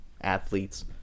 athletes